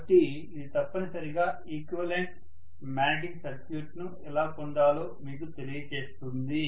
కాబట్టి ఇది తప్పనిసరిగా ఈక్వివలెంట్ మాగ్నెటిక్ సర్క్యూట్ను ఎలా పొందాలో మీకు తెలియజేస్తుంది